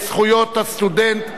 זכויות הסטודנט (תיקון,